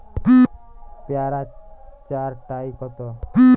পেয়ারা চার টায় কত?